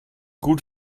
gut